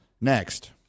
next